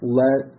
let